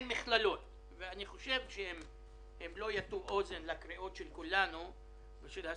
אם הן לא יטו אוזן לקריאות של כולנו ושל הסטודנטים,